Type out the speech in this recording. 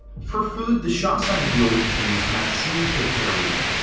for food, the shah signed a deal with the famous maxim's de paris.